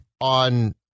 on